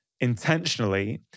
intentionally